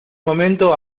momento